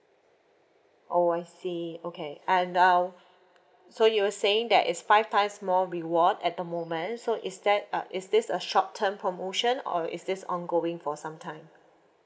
oh I see okay and uh so you were saying that it's five times more reward at the moment so is that uh is this a short term promotion or is this ongoing for some time